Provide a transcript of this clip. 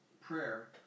Prayer